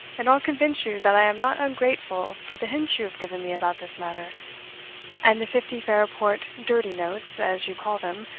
and i'll convince you that i am not ungrateful for the hints you have given me about this matter and the fifty fairport dirty notes, as you call them,